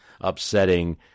upsetting